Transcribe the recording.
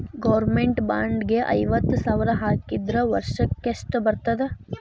Government bond ಗೆ ಐವತ್ತ ಸಾವ್ರ್ ಹಾಕಿದ್ರ ವರ್ಷಕ್ಕೆಷ್ಟ್ ಬರ್ತದ?